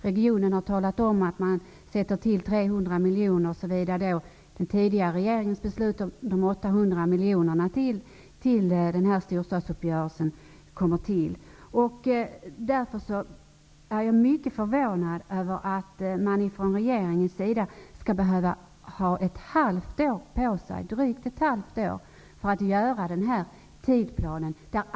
Regionen har talat om att man sätter till 300 miljoner, såvida de 800 miljoner som den tidigare regeringen beslutade om till den här storstadsuppgörelsen skjuts till. Därför är jag mycket förvånad över att man från regeringens sida skall behöva ha drygt ett halvt år på sig för att göra denna tidsplan.